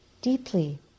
deeply